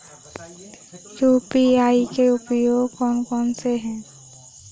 UPI के उपयोग कौन कौन से हैं?